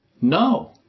No